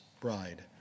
bride